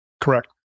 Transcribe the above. Correct